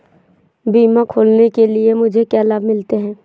बीमा खोलने के लिए मुझे क्या लाभ मिलते हैं?